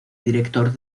director